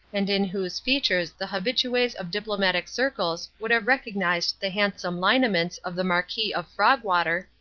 and in whose features the habitues of diplomatic circles would have recognized the handsome lineaments of the marquis of frogwater,